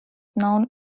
known